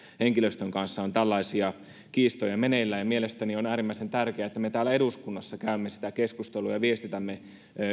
henkilöstön kanssa on tällaisia kiistoja meneillään mielestäni on äärimmäisen tärkeää että me täällä eduskunnassa käymme sitä keskustelua ja viestitämme